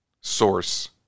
source